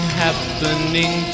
happening